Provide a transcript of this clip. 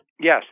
Yes